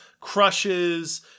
crushes